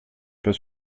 pas